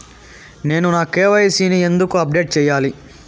నేను నా కె.వై.సి ని ఎందుకు అప్డేట్ చెయ్యాలి?